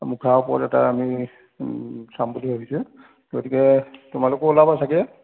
মুখাৰ ওপৰত এটা আমি চাম বুলি ভাবিছোঁ গতিকে তোমালোকো ওলাবা চাগৈ